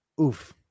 oof